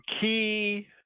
key